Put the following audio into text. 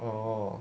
oh